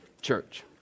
Church